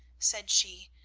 said she,